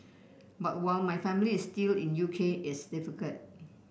but while my family is still in U K it's difficult